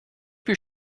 your